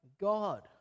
God